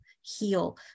heal